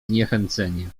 zniechęcenie